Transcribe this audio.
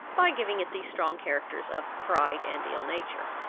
by giving it the strong characters of pride and ill nature.